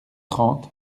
trente